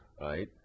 right